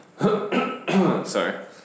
Sorry